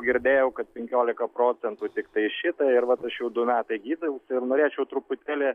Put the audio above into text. girdėjau kad penkiolika procentų tiktai šitą ir vat aš jau du metai gydausi ir norėčiau truputėlį